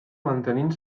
mantenint